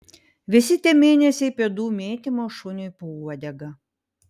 visi tie mėnesiai pėdų mėtymo šuniui po uodega